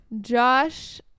Josh